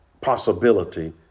possibility